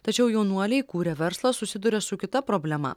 tačiau jaunuoliai įkūrę verslą susiduria su kita problema